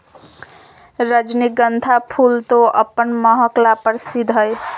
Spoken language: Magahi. रजनीगंधा फूल तो अपन महक ला प्रसिद्ध हई